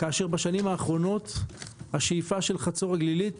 כאשר בשנים האחרונות השאיפה של חצור הגלילית